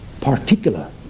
particular